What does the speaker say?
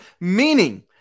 meaning